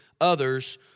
others